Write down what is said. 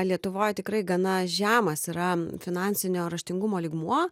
lietuvoj tikrai gana žemas yra finansinio raštingumo lygmuo